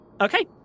Okay